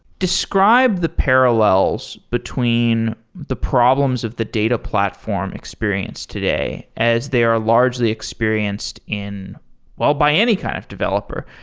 describe the parallels between the problems of the data platform experienced today, as they are largely experienced in well, by any kind of developer.